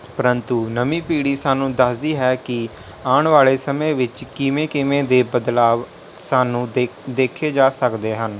ਪਰੰਤੂ ਨਵੀਂ ਪੀੜ੍ਹੀ ਸਾਨੂੰ ਦੱਸਦੀ ਹੈ ਕਿ ਆਉਣ ਵਾਲੇ ਸਮੇਂ ਵਿੱਚ ਕਿਵੇਂ ਕਿਵੇਂ ਦੇ ਬਦਲਾਵ ਸਾਨੂੰ ਦੇਖ ਦੇਖੇ ਜਾ ਸਕਦੇ ਹਨ